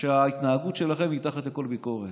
שההתנהגות שלכם היא מתחת לכל ביקורת.